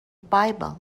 bible